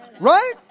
Right